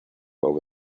over